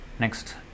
Next